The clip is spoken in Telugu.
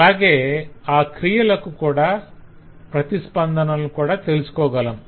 అలాగే ఆ క్రియలకు ఈవెంట్స్ ప్రతిస్పందనలను కూడా తెలుసుకోగలం